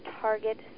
target